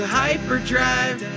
hyperdrive